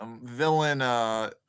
Villain